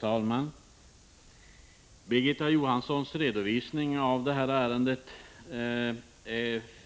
Herr talman! Birgitta Johanssons redovisning av ärendet